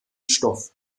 stoff